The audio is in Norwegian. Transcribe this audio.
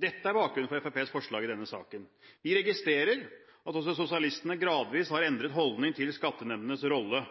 Dette er bakgrunnen for Fremskrittspartiets forslag i denne saken. Vi registrerer at også sosialistene gradvis har endret holdning til skattenemndenes rolle,